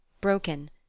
broken